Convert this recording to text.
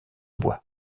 bois